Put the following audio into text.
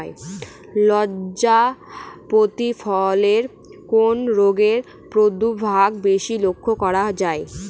লতাজাতীয় ফসলে কোন রোগের প্রাদুর্ভাব বেশি লক্ষ্য করা যায়?